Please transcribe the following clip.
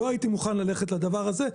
לא הייתי מוכן ללכת לדבר הזה.